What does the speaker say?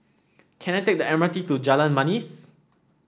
can I take the M R T to Jalan Manis